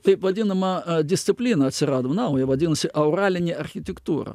taip vadinama a disciplina atsirado nauja vadinasi auralinė architektūra